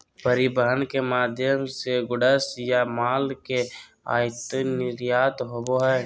परिवहन के माध्यम से गुड्स या माल के आयात निर्यात होबो हय